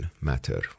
matter